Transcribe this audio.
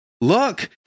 look